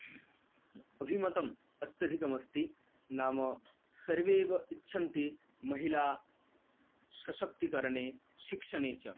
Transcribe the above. अभिमतम् अत्यधिकमस्ति नाम सर्वे एव इच्छन्ति महिला सशक्तिकरणे शिक्षणे च